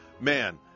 Man